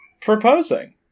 proposing